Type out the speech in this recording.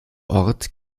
ort